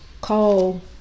call